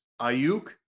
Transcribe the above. Ayuk